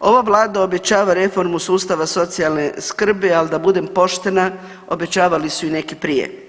ova Vlada obećava reformu sustava socijalne skrbi, ali da budem poštena obećavali su i neki prije.